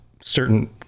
certain